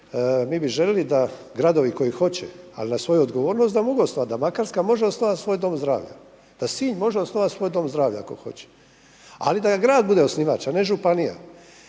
Mi bi željeli da gradovi koji hoće ali na svoju odgovornost da mogu osnovati, da Makarska može osnovati svoj dom zdravlja, da Sinj može osnovati svoj dom zdravlja ako hoće, ali da grad bude osnivač a ne županija.